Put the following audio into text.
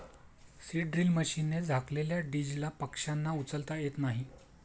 seed drill मशीनने झाकलेल्या दीजला पक्ष्यांना उचलता येत नाही